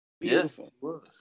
Beautiful